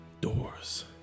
doors